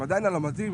הם עדיין על מדים,